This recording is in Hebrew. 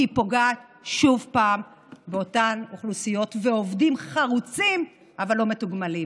כי היא פוגעת שוב באותן אוכלוסיות ועובדים חרוצים אבל לא מתוגמלים.